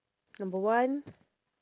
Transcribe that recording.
number one